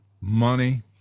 Money